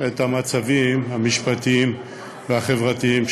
את המצבים המשפטיים והחברתיים,